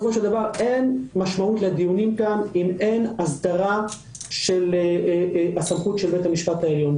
אין משמעות לדיונים כאן אם אין הסדרה של הסמכות של בית המשפט העליון.